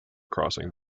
crossing